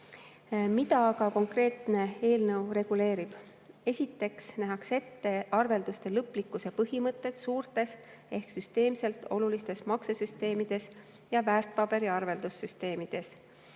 Mida aga konkreetne eelnõu reguleerib? Esiteks nähakse ette arvelduste lõplikkuse põhimõtted suurtes ehk süsteemselt olulistes maksesüsteemides ja väärtpaberiarveldussüsteemides